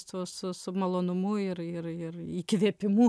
su su su malonumu ir ir ir įkvėpimu